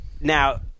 now